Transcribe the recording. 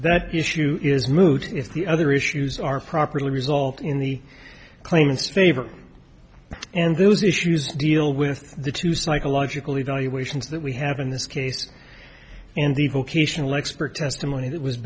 that issue is moot if the other issues are properly resolved in the claimants favor and those issues deal with the two psychological evaluations that we have in this case and the vocational expert testimony that was